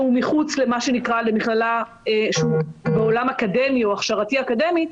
מחוץ למה שנקרא למכללה שהוא בעולם אקדמי או הכשרתי אקדמי,